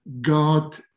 God